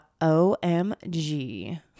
OMG